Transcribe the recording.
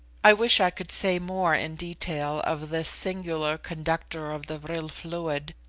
i wish i could say more in detail of this singular conductor of the vril fluid,